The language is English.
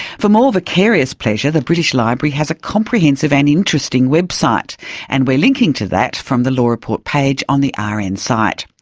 for more vicarious pleasure, the british library has a comprehensive and interesting website and we're linking to that from the law report page on the rn and site.